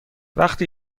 وقتی